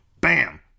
bam